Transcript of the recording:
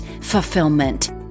fulfillment